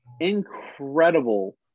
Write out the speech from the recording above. incredible